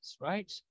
right